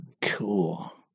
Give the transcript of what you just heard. Cool